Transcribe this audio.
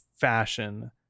fashion